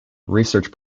research